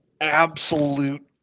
Absolute